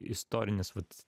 istorinis vat